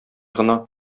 гына